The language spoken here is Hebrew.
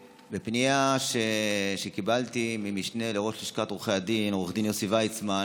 בפנייה שקיבלתי ממשנה לראש לשכת עורכי הדין עו"ד יוסי ויצמן